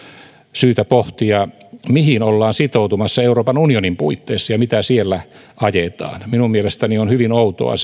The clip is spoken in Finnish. syytä pohtia mihin ollaan sitoutumassa euroopan unionin puitteissa ja mitä siellä ajetaan minun mielestäni on hyvin outoa